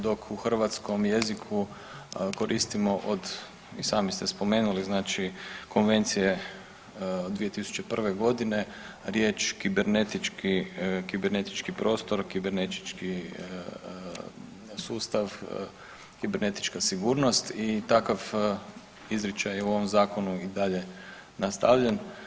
Dok u hrvatskom jeziku koristimo od, i sami ste spomenuli, znači Konvencije 2001.g. riječ kibernetički, kibernetički prostor, kibernetički sustav, kibernetička sigurnost i takav izričaj je u ovom zakonu i dalje nastavljen.